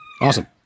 Awesome